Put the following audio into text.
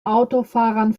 autofahrern